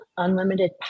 unlimited